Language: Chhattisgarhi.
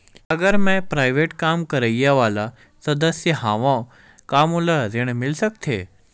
अगर मैं प्राइवेट काम करइया वाला सदस्य हावव का मोला ऋण मिल सकथे?